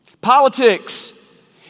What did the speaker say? Politics